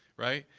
right?